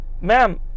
Ma'am